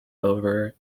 over